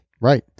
Right